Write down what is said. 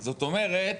זאת אומרת,